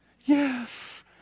yes